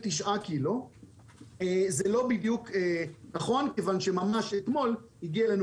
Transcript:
כ-91 ק"ג - זה לא בדיוק נכון כיוון שממש אתמול הגיעו אלינו